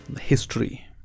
history